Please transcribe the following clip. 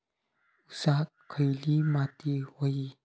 ऊसाक खयली माती व्हयी?